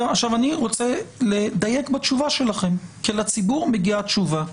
אני רוצה לדייק בתשובה שלכם כי לציבור מגיעה תשובה.